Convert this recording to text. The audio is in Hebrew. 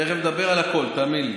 תכף נדבר על הכול, תאמין לי.